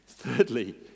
Thirdly